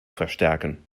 verstärken